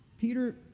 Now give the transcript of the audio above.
Peter